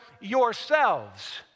yourselves